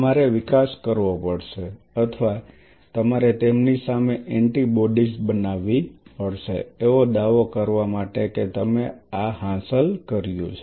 તમારે વિકાસ કરવો પડશે અથવા તમારે તેમની સામે એન્ટિબોડીઝ બનાવવી પડશે એવો દાવો કરવા માટે કે તમે આ હાંસલ કર્યું છે